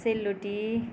sale रोटी